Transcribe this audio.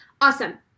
Awesome